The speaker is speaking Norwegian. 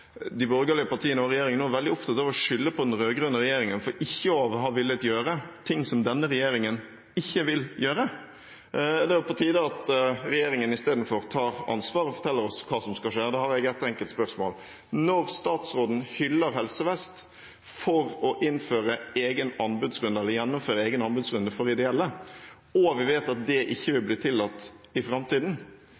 de borgerlige partiene og regjeringen nå er veldig opptatt av å skylde på den rød-grønne regjeringen for ikke å ha villet gjøre ting som denne regjeringen ikke vil gjøre. Det er på tide at regjeringen i stedet tar ansvar og forteller oss hva som skal skje. Jeg har ett enkelt spørsmål: Når statsråden hyller Helse Vest for å gjennomføre en egen anbudsrunde for ideelle, og vi vet at det ikke vil